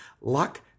Luck